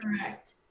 correct